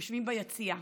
יושבים ביציע.